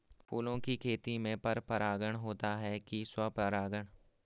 फूलों की खेती में पर परागण होता है कि स्वपरागण?